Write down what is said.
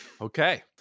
Okay